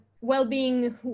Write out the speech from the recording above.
well-being